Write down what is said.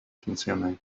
consuming